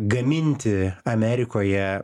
gaminti amerikoje